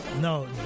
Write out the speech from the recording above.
No